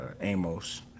amos